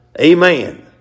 Amen